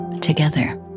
Together